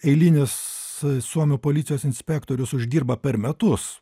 eilinis suomių policijos inspektorius uždirba per metus